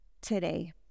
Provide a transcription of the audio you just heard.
today